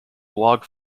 blog